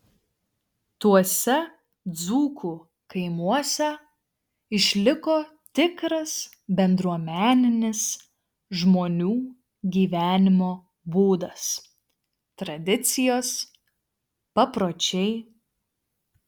tuose dzūkų kaimuose išliko tikras bendruomeninis žmonių gyvenimo būdas tradicijos papročiai